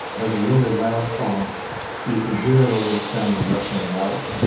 has a really loud song so you can hear it over the sound of rushing water